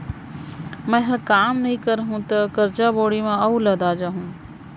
मैंहर काम नइ करहूँ तौ करजा बोड़ी म अउ लदा जाहूँ